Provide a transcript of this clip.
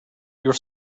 your